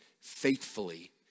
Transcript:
faithfully